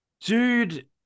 Dude